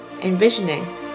envisioning